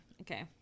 Okay